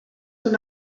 son